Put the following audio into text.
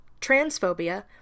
transphobia